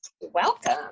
Welcome